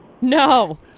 No